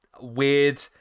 Weird